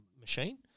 machine